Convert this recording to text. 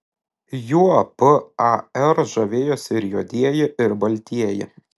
juo par žavėjosi ir juodieji ir baltieji